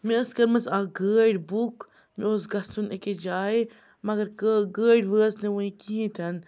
مےٚ ٲسۍ کٔرمٕژ اَکھ گٲڑۍ بُک مےٚ اوس گَژھُن أکِس جایہِ مگر گٲڑۍ وٲژ نہٕ وٕنۍ کِہیٖنۍ تہِ نہٕ